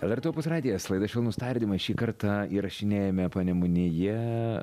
lrt opus radijas laida švelnūs tardymai šį kartą įrašinėjame panemunėje